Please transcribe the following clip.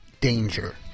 danger